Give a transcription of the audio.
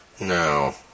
No